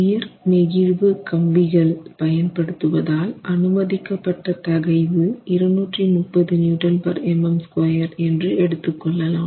உயர்நெகழ்வு கம்பிகள் பயன்படுத்துவதால் அனுமதிக்கப்பட்ட தகைவு 230 MPa என்று எடுத்துக்கொள்ளலாம்